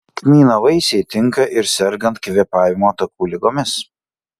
kmyno vaisiai tinka ir sergant kvėpavimo takų ligomis